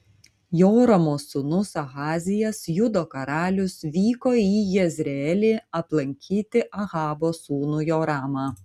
joramo sūnus ahazijas judo karalius vyko į jezreelį aplankyti ahabo sūnų joramą